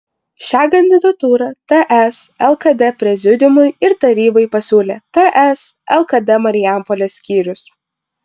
šią kandidatūrą ts lkd prezidiumui ir tarybai pasiūlė ts lkd marijampolės skyrius